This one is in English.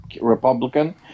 Republican